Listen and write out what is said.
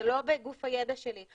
זה לא בגוף הידע שלי.